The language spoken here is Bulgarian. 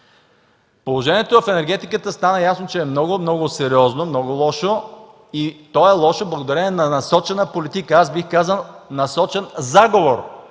положението в енергетиката е много, много сериозно, много лошо и е лошо благодарение на насочена политика, бих казал, насочен заговор.